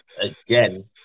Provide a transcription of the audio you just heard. again